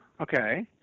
okay